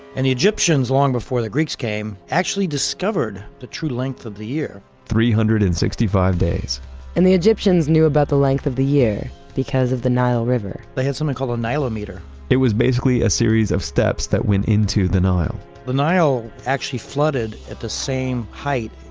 and egyptians, long before the greeks came, actually discovered the true length of the year three hundred and sixty five days and the egyptians knew about the length of the year, because of the nile river they had something called a nilometer it was basically a series of steps that went into the nile the actually flooded at the same height,